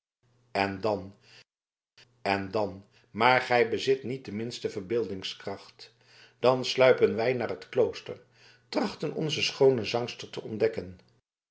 en dan en dan maar gij bezit niet de minste verbeeldingskracht dan sluipen wij naar het klooster trachten onze schoone zangster te ontdekken